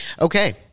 Okay